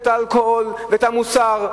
את האלכוהול ואת המוסר.